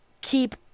keep